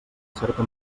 certa